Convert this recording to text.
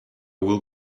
will